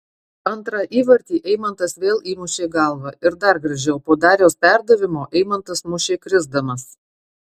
antrą įvartį eimantas vėl įmušė galva ir dar gražiau po dariaus perdavimo eimantas mušė krisdamas